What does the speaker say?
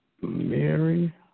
Mary